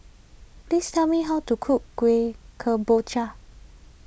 please tell me how to cook Kueh Kemboja